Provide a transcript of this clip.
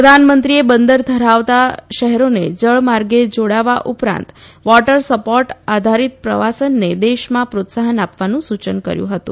પ્રધાનમંત્રીએ બંદર ધરાવતા શહેરોને જળમાર્ગે જોડવા ઉપરાંત વોટર સપોર્ટ આધારીત પ્રવાસનને દેશમાં પ્રોત્સાહન આપવાનું સૂચન કર્યું હતું